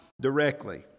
directly